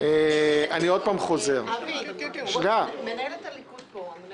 אני חוזר --- מנהלת הליכוד פה.